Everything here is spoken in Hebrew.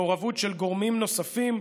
מעורבות של גורמים נוספים,